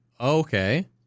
Okay